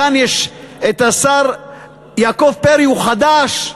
כאן השר יעקב פרי, הוא חדש,